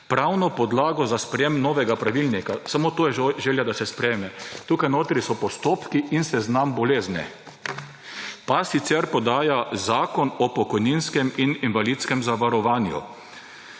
»pravno podlago za sprejem novega pravilnika,« samo to je želja, da se sprejme, tukaj notri so postopki in seznam bolezni, »pa sicer podaja Zakon o pokojninskem in invalidskem zavarovanju.